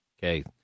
Okay